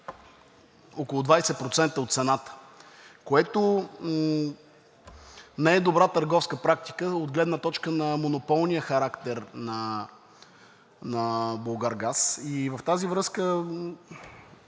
около 20% от цената, което не е добра търговска практика от гледна точка на монополния характер на „Булгаргаз“. И в тази връзка,